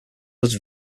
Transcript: was